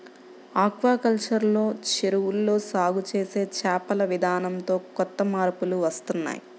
aquaculture లో చెరువుల్లో సాగు చేసే చేపల విధానంతో కొత్త మార్పులు వస్తున్నాయ్